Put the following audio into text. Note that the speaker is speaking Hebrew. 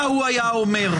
מה הוא היה אומר,